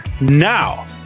now